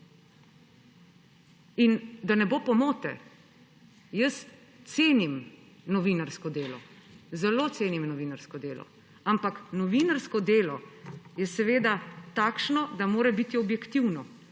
In da ne bo pomote, jaz cenim novinarsko delo, zelo cenim novinarsko delo, ampak novinarsko delo je takšno, da mora biti objektivno,